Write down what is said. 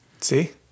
See